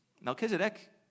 Melchizedek